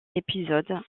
épisodes